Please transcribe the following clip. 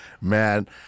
Man